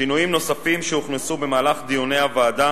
שינויים נוספים שהוכנסו במהלך דיוני הוועדה